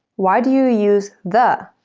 why do you use the?